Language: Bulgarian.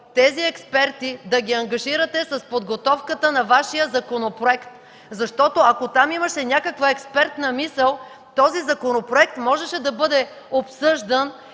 тези експерти да ги ангажирате с подготовката на Вашия законопроект, защото ако там имаше някаква експертна мисъл, този законопроект можеше да бъде обсъждан